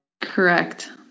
Correct